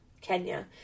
Kenya